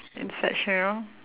in such you know